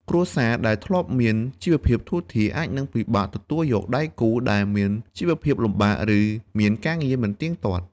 គ្រួសារដែលធ្លាប់មានជីវភាពធូរធារ អាចនឹងពិបាកទទួលយកដៃគូដែលមានជីវភាពលំបាក ឬមានការងារមិនទៀងទាត់។